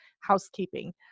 housekeeping